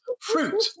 Fruit